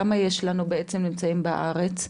כמה נמצאים בארץ?